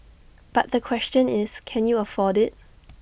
but the question is can you afford IT